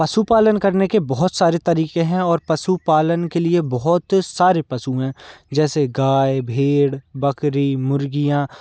पशुपालन करने के बहुत सारे तरीके हैं और पशुपालन के लिए बहुत सारे पशु हैं जैसे गाय भेड़ बकरी मुर्गियाँ